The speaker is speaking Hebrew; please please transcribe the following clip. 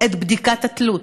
את בדיקת התלות.